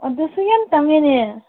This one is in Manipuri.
ꯑꯗꯨꯁꯨ ꯌꯥꯝ ꯇꯥꯡꯉꯦꯅꯦ